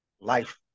life